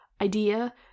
idea